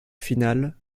final